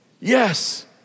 Yes